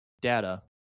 data